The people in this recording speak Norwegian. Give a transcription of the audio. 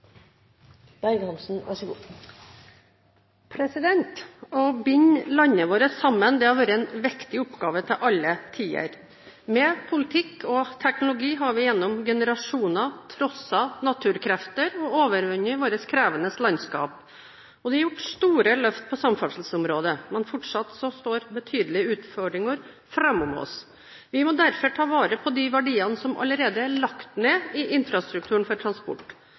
standarden, ERTMS. Så langt er det som er bebudet på østre linje, utsatt et år. Å binde landet vårt sammen har vært en viktig oppgave til alle tider. Med politikk og teknologi har vi gjennom generasjoner trosset naturkrefter og overvunnet vårt krevende landskap. Det er gjort store løft på samferdselsområdet, men fortsatt står det betydelige utfordringer foran oss. Vi må derfor ta vare på de verdiene som allerede er lagt ned i infrastrukturen for transport.